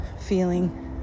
feeling